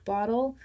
Bottle